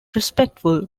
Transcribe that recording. respectful